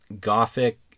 ...Gothic